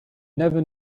never